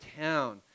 town